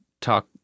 talk